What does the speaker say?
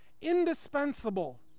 indispensable